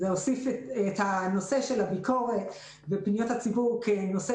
זה הוסיף את הנושא של הביקורת ופניות הציבור כנושא